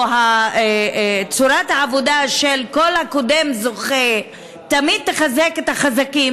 או צורת העבודה של כל הקודם זוכה תמיד תחזק את החזקים,